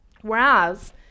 Whereas